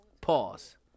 pause